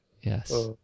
Yes